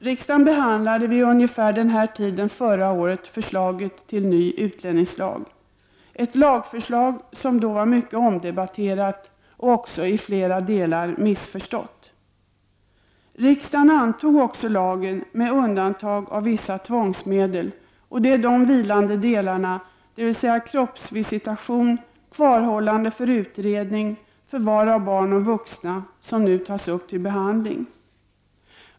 Riksdagen behandlade vid ungefär den här tiden förra året förslaget till ny utlänningslag, ett lagförslag som då var mycket omdebatterat och också i flera delar missförstått. Riksdagen antog också lagen med undantag av frågorna om vissa tvångsmedel. Det är de vilande förslagen, dvs. kroppsvisitation, kvarhållande för utredning samt förvar av barn och vuxna, som nu tas upp till behandling.